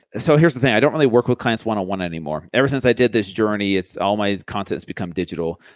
so here's the thing, i don't really work with clients one on one anymore. ever since i did this journey, all my content's become digital.